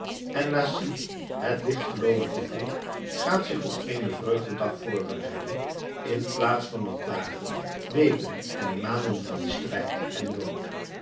en lacie het lichtgeloovige volk gaat zich op eenen vreugdedag voorbereiden inplaats van op dagen weken en maanden van strijd en nood